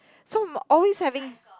so always having